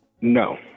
No